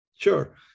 Sure